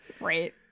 Right